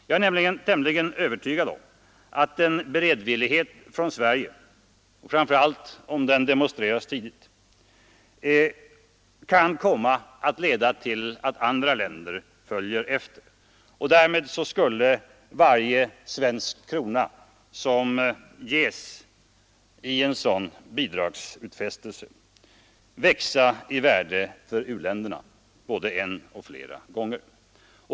Jag är nämligen övertygad om att en beredvillighet från Sverige, framför allt om en utfästelse kommer på ett tidigt stadium, kan leda till att andra länder följer efter. Och därmed skulle varje svensk krona i ett sådant löfte växa i värde för u-länderna både en och flera gånger.